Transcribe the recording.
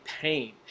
pain